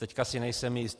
Teď si nejsem jist.